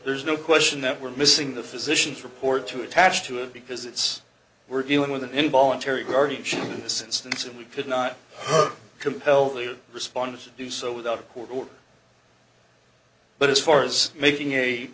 there's no question that we're missing the physician's report to attach to it because it's we're dealing with an involuntary guardianship of this instance and we could not compel the responders to do so without a court order but as far as making a